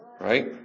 Right